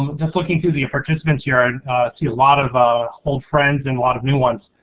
um just looking through the participants here, i see a lot of ah old friends and a lot of new ones.